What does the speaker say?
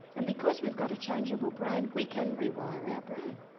and because we've got a changeable brain we can rewire our brain.